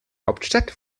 hauptstadt